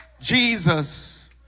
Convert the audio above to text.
jesus